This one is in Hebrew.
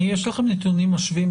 האם יש לכם נתונים משווים,